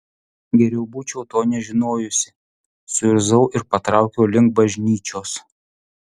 geriau būčiau to nežinojusi suirzau ir patraukiau link bažnyčios